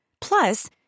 Plus